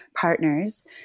partners